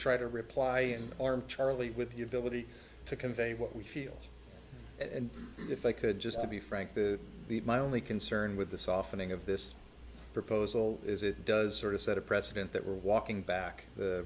try to reply and our charlie with the ability to convey what we feel and if i could just to be frank the the my only concern with the softening of this proposal is it does sort of set a precedent that we're walking back the